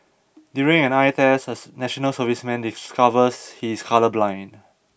during an eye test a National Serviceman discovers he is colourblind